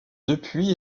depuis